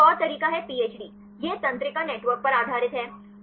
और यह एक और तरीका है PHD यह तंत्रिका नेटवर्क पर आधारित है